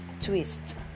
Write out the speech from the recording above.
twist